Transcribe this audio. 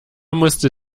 musste